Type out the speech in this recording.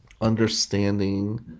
Understanding